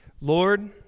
Lord